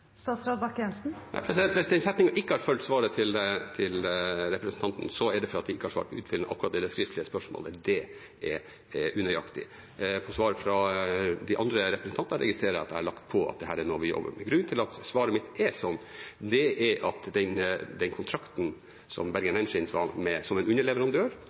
Hvis den setningen ikke har fulgt svaret til representanten Christensen, er det fordi jeg ikke har svart utfyllende akkurat i det skriftlige spørsmålet – det er unøyaktig. I svaret til de andre representantene registrerer jeg at jeg har lagt på at dette er noe vi jobber med. Grunnen til at svaret mitt er sånn, er at den kontrakten med Bergen Engines, som en underleverandør,